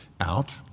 out